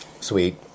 Sweet